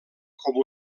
com